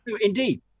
Indeed